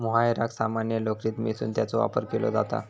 मोहायराक सामान्य लोकरीत मिसळून त्याचो वापर केलो जाता